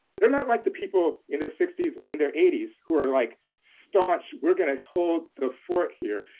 they're not like the people in their sixty s in their eighty s, who are like staunch, we're going to hold the fort here.